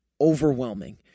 overwhelming